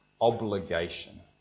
obligation